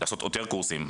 לעשות יותר קורסים.